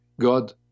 God